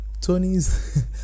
tony's